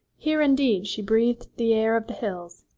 here, indeed, she breathed the air of the hills,